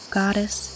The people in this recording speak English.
goddess